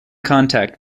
contact